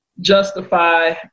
justify